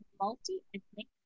multi-ethnic